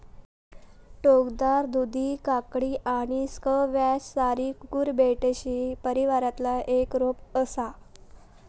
टोकदार दुधी काकडी आणि स्क्वॅश सारी कुकुरबिटेसी परिवारातला एक रोप असा